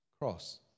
cross